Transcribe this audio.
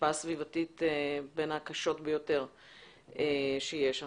השפעה סביבתית בין הקשות ביותר שיש.